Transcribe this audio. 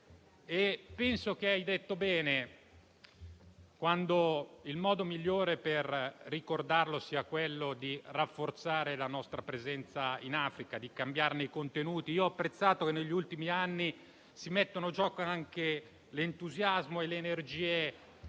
Penso che abbia ragione quando dice che il modo migliore per ricordarlo sia quello di rafforzare la nostra presenza in Africa e di cambiarne i contenuti. Ho apprezzato che negli ultimi anni si siano messi in gioco l'entusiasmo e le energie